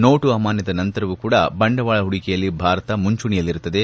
note ಅಮಾನ್ಜದ ನಂತರವೂ ಬಂಡವಾಳ ಹೂಡಿಕೆಯಲ್ಲಿ ಭಾರತ ಮುಂಚೂಣಿಯಲ್ಲಿದೆ